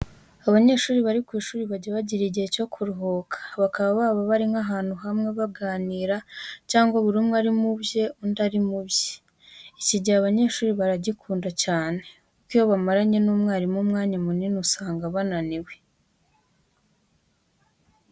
Abanyeshuri bari ku ishuri bajya bagira igihe cyo kuruhuka, bakaba baba bari nk'ahantu hamwe baganira cyangwa buri umwe ari mu bye undi mu bye. Iki gihe abanyeshuri baragikunda cyane kuko iyo bamaranye n'umwarimu umwanya munini usanga bananiwe.